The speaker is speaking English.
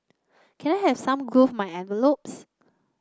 can I have some glue my envelopes